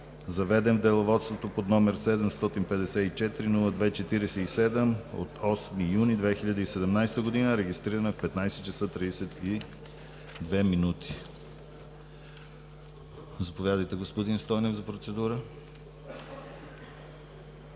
заведен в Деловодството под № 754-02-47 от 8 юни 2017 г., регистриран в 15,32 ч. Заповядайте, господин Стойнев, за процедура.